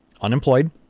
unemployed